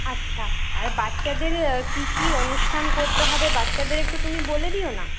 আচ্ছা আর বাচ্চাদের কি কি অনুষ্ঠান করতে হবে বাচ্চাদের একটু তুমি বলে দিও না